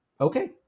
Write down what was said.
okay